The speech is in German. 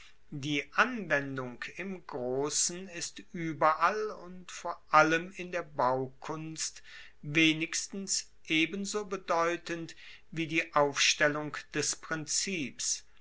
die anwendung im grossen ist ueberall und vor allem in der baukunst wenigstens ebenso bedeutend wie die aufstellung des prinzips